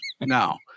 now